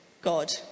God